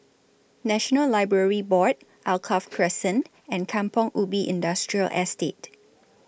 National Library Board Alkaff Crescent and Kampong Ubi Industrial Estate